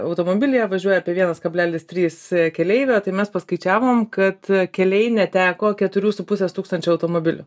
automobilyje važiuoja apie vienas kablelis trys keleivio tai mes paskaičiavome kad keliai neteko keturių su pusės tūkstančio automobilių